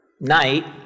night